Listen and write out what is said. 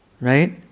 right